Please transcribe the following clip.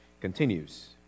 Continues